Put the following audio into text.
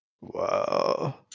Wow